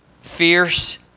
fierce